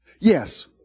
Yes